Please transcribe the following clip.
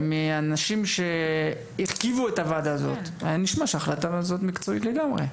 ומאנשים שהרכיבו את הוועדה הזאת היה נשמע שההחלטה הזאת מקצועית לגמרי.